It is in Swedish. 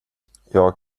jag